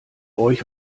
euch